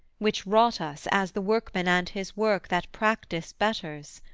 which wrought us, as the workman and his work, that practice betters